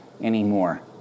anymore